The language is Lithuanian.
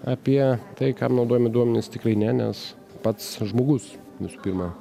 apie tai kam naudojami duomenys tikrai ne nes pats žmogus visų pirma